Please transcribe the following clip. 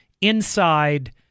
inside